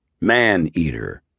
man-eater